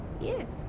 Yes